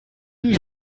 die